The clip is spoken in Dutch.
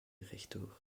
rechtdoor